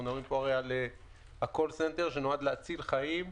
מדברים על הקול סנטר שנועד להציל חיים.